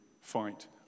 fight